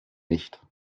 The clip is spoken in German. nicht